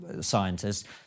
scientists